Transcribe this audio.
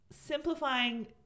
simplifying